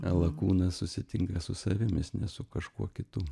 lakūnas susitinka su savim jis ne su kažkuo kitu